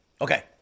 okay